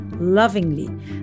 lovingly